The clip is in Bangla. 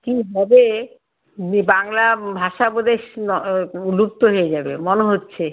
কী হবে যে বাংলা ভাষা প্রদেশ লুপ্ত হয়ে যাবে মনে হচ্ছে